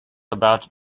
about